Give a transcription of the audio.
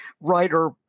writer